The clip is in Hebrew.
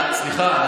סליחה,